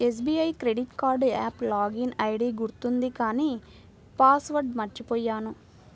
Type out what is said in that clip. SBI credit card app login ID గుర్తుంది కానీ password మర్చిపొయ్యాను